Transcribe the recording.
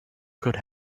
could